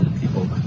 people